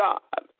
God